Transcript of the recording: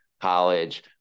college